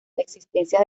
existencia